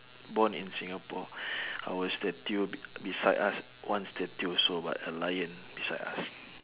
born in singapore our statue b~ beside us one statue also but a lion beside us